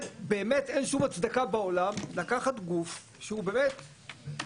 באמת אין שום הצדקה בעולם לקחת גוף שהוא אינטרסנט,